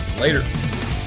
later